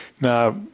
Now